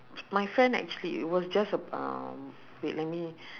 my friend actually it was just a uh wait let me